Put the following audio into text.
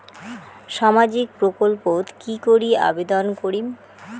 সামাজিক প্রকল্পত কি করি আবেদন করিম?